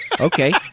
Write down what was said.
Okay